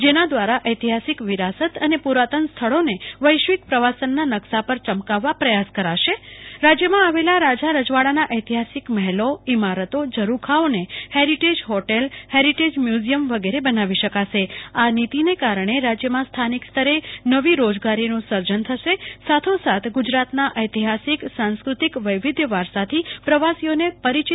જેના દ્વારા ઐતિહાસિક વિરાસત અને પુરાતન સ્થળોને વૈશ્વિક પ્રવાસન નકશા પર ચકાસવાવા પ્રયાસ કરાશે રાજ્યમાં આવેલા રાજા રજવાડાનાં ઐતિહાસિક મહેલોઇમારતોઝરૂખાઓને હેરિટેજ હોટલ હેરિટેજ મ્યુઝિયમ વગેરે બનાવી શકશે આ નીતિને કારણે રાજ્યમાં સ્થાનિક સ્તરે નવી રોજગારીનું સર્જન થશે સાથોસાથ ગુજરાતનાં ઐતિહાસિક સાંસ્કૃતિક વૈવિધ્ય વારસાથી પ્રવાસીઓને પરિચિત કરાવી શકશે